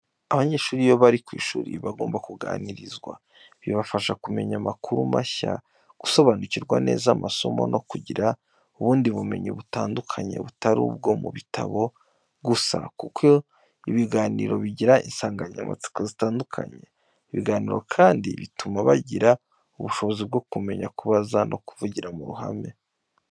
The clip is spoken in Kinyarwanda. Abanyeshuri iyo bari ku ishuri, bagomba kuganirizwa. Bibafasha kumenya amakuru mashya, gusobanukirwa neza amasomo, no kugira ubundi ubumenyi butandukanye butari ubwo mu bitabo gusa, kuko ibiganiro bigira insanganyamatsiko zitandukanye. Ibiganiro kandi bituma bagira ubushobozi bwo kumenya kubaza no kuvugira mu ruhame.